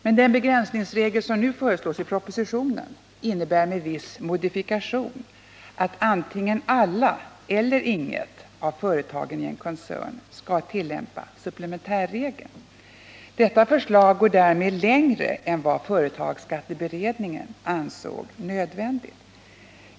Men den begränsningsregel som föreslås i propositionen innebär med viss modifikation att antingen alla eller inget av företagen i en koncern skall tillämpa supplementärregeln. Detta förslag går därmed längre än vad företagsskatteberedningen ansett nödvändigt.